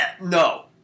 No